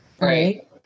Right